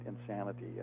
insanity